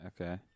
Okay